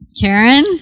Karen